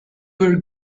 were